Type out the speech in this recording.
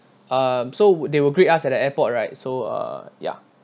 um so they would greet us at the airport right so uh ya